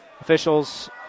Officials